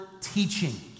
teaching